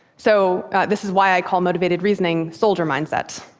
so this is why i call motivated reasoning, soldier mindset.